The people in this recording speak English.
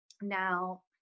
now